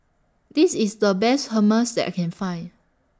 This IS The Best Hummus that I Can Find